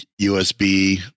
USB